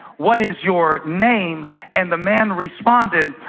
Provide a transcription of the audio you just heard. what is your name and the man responded?